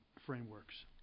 frameworks